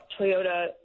Toyota